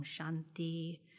Shanti